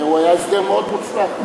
הוא היה הסדר מאוד מוצלח.